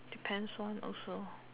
depends one also